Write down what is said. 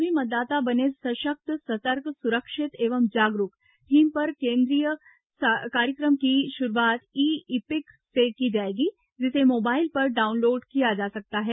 सभी मतदाता बने सशक्त सतर्क सुरक्षित एवं जागरूक थीम पर केन्द्रित कार्यक्रम की शुरूआत ई ईपिक से की जाएगी जिसे मोबाइल पर डाउनलोड किया जा सकता है